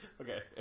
Okay